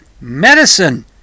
Medicine